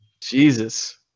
Jesus